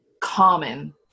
common